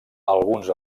alguns